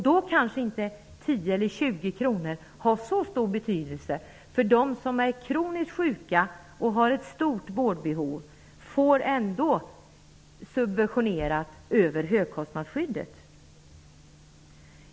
Då kanske inte 10 kr eller 20 kr har så stor betydelse. De som är kroniskt sjuka och har ett stort vårdbehov får ändå vården subventionerad över högkostnadsskyddet.